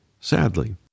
Sadly